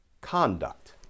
conduct